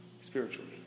spiritually